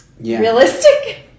realistic